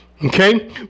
Okay